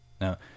Now